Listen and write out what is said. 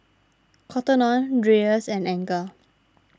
Cotton on Dreyers and Anchor